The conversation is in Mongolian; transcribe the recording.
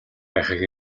байхыг